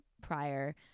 prior